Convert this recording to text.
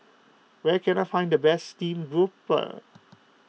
where can I find the best Steamed Grouper